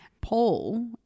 Paul